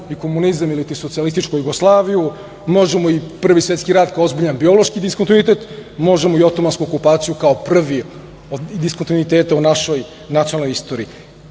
i komunizam ili Socijalističku Jugoslaviju. Možemo i Prvi svetski rat kao ozbiljni biološki diskontinuitet, možemo i otomansku okupaciju kao prvi od diskontinuiteta u našoj nacionalnoj istoriji